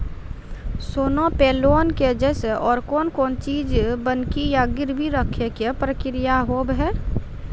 सोना पे लोन के जैसे और कौन कौन चीज बंकी या गिरवी रखे के प्रक्रिया हाव हाय?